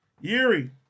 Yuri